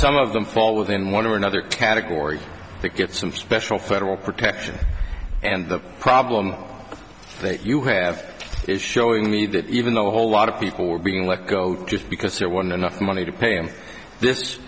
some of them fall within one or another category get some special federal protection and the problem that you have is showing me that even though a whole lot of people are being let go just because there wasn't enough money to pay and this